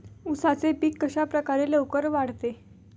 उसाचे पीक कशाप्रकारे लवकर वाढते?